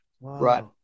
Right